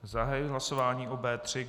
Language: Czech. Zahajuji hlasování o B3.